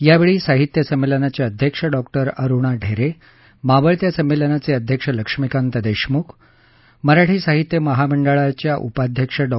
यावेळी साहित्य संमेलनाच्या अध्यक्ष डॉ अरुणा ढेरे मावळत्या संमेलनाचे अध्यक्ष लक्ष्मीकांत देशमुख मराठी साहित्य महामंडळाच्या उपाध्यक्ष डॉ